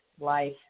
life